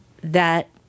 that-